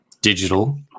digital